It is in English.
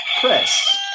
chris